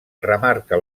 remarca